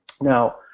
Now